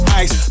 ice